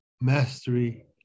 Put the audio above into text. mastery